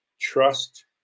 trust